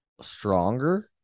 stronger